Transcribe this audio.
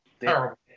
terrible